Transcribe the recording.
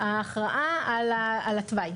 ההכרעה על התוואי.